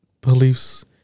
beliefs